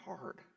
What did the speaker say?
hard